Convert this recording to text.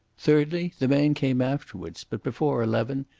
thirdly, the man came afterwards, but before eleven,